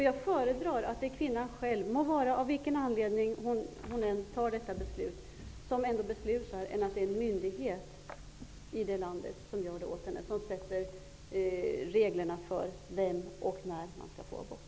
Jag föredrar att det är kvinnan själv som beslutar, av vilken anledning hon än fattar detta beslut, framför att en myndighet i landet gör det åt henne och sätter upp regler för vem som skall få abort och när.